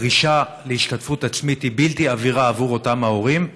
הדרישה להשתתפות עצמית היא בלתי עבירה עבור אותם ההורים,